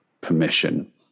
permission